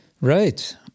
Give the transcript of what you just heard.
Right